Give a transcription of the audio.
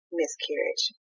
miscarriage